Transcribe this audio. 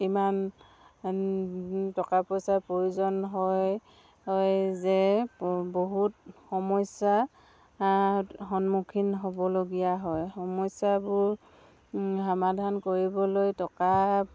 ইমান টকা পইচাৰ প্ৰয়োজন হয় যে বহুত সমস্যা সন্মুখীন হ'বলগীয়া হয় সমস্যাবোৰ সমাধান কৰিবলৈ টকা